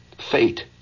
fate